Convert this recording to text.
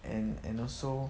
and and also